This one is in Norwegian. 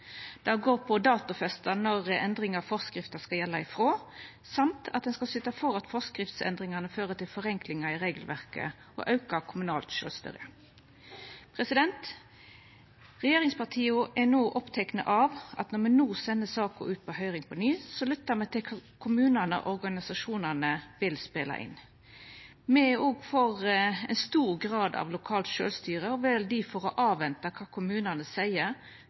Det går på datofrist for når endringane i forskrifta skal gjelda frå, samt at ein skal syta for at forskriftsendringane fører til forenklingar i regelverket og auka kommunalt sjølvstende. Regjeringspartia er opptekne av at når me no sender saka ut på høyring på ny, så lyttar me til kva kommunane og organisasjonane vil spela inn. Me er òg for stor grad av lokalt sjølvstyre og vel difor å avventa kva kommunane seier